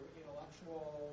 intellectual